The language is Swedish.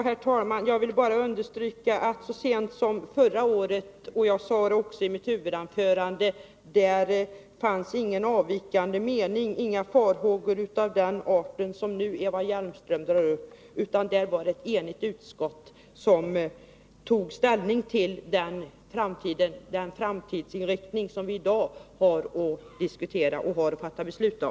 Herr talman! Jag vill bara understryka vad jag sade i mitt huvudanförande, att så sent som förra året fanns ingen avvikande mening och inga farhågor av den art som Eva Hjelmström nu drar upp. Det var då ett enigt utskott som tog ställning till den framtidsinriktning som vi i dag har att fatta beslut om.